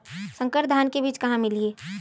संकर धान के बीज कहां मिलही?